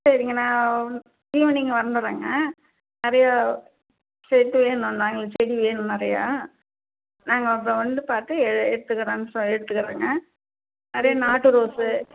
சரிங்க நான் ஈவ்னிங் வந்துர்றேங்க நிறையா சேத்து நாங்கள் செடி வேணும் நிறையா நாங்கள் அப்புறம் வந்து பார்த்து எடுத்துக்கிறோம் எடுத்துக்கிறோங்க அப்டியே நாட்டு ரோஸு